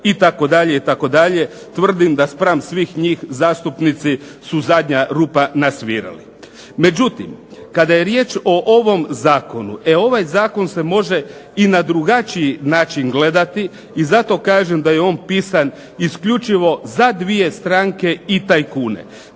itd., itd. Tvrdim da spram svih njih zastupnici su zadnja rupa na svirali. Međutim, kada je riječ o ovom zakonu, e ovaj zakon se može i na drugačiji način gledati i zato kažem da je on pisan isključivo za dvije stranke i tajkune.